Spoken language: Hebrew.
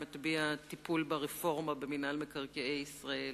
מטביע הטיפול ברפורמה במינהל מקרקעי ישראל.